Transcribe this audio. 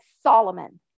Solomon